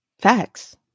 facts